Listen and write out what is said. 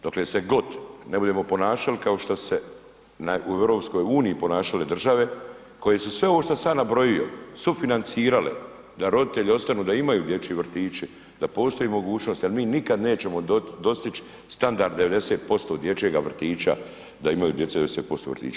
Dokle se god ne budemo ponašali kao što su se u EU ponašale države koje su sve ovo što sam ja nabrojio, sufinancirale da roditelji ostanu, da imaju dječji vrtići, da postoji mogućnost jer mi nikada nećemo dostić standard 90% dječjega vrtića da imaju djeca 90% vrtića.